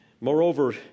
Moreover